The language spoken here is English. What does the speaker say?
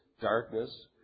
darkness